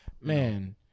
Man